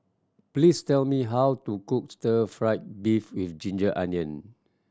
please tell me how to cook stir fried beef with ginger onion